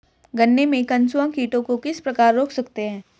गन्ने में कंसुआ कीटों को किस प्रकार रोक सकते हैं?